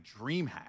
DreamHack